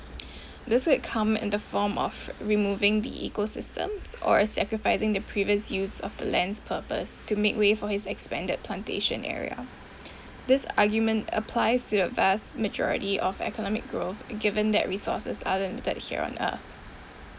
this would come in the form of removing the ecosystems or sacrificing the previous use of the land's purpose to make way for his expanded plantation area this argument applies to the vast majority of economic growth given that resources are limited here on earth